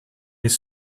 les